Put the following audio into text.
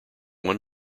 one